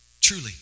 Truly